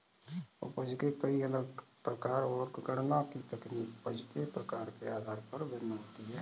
उपज के कई अलग प्रकार है, और गणना की तकनीक उपज के प्रकार के आधार पर भिन्न होती है